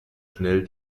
schnell